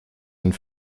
and